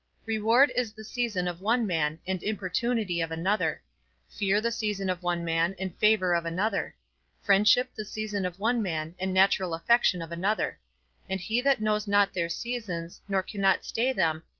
reward is the season of one man, and importunity of another fear the season of one man, and favour of another friendship the season of one man, and natural affection of another and he that knows not their seasons, nor cannot stay them,